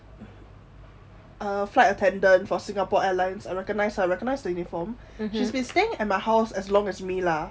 a flight attendant for singapore airlines I recognize I recognize the uniform and she's been staying at my house as long as me lah